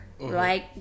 right